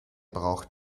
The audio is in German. braucht